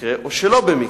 במקרה או שלא במקרה.